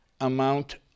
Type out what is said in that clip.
amount